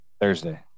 Thursday